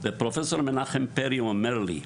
ופרופ' מנחם פרי אמר לי: